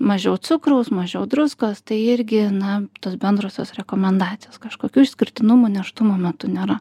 mažiau cukraus mažiau druskos tai irgi na tos bendrosios rekomendacijos kažkokių išskirtinumų nėštumo metu nėra